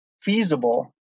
feasible